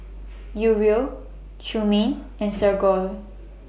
Uriel Trumaine and Sergio